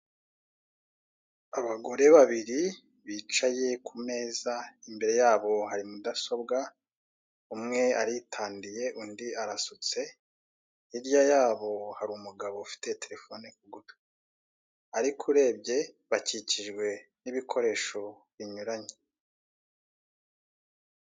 Abagore babiri bicaye ku meza imbere yabo hari mudasobwa umwe aritandiye undi arasutse hirya yabo hari umugabo ufite terefone ku gutwi ariko urebye bakikijwe n'ibikoresho binyuranye.